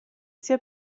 sia